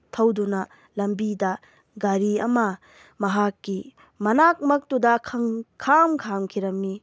ꯊꯧꯗꯨꯅ ꯂꯝꯕꯤꯗ ꯒꯥꯔꯤ ꯑꯃ ꯃꯍꯥꯛꯀꯤ ꯃꯅꯥꯛꯃꯛꯇꯨꯗ ꯈꯪꯈꯥꯝ ꯈꯥꯝꯈꯤꯔꯝꯃꯤ